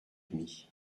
demi